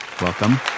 Welcome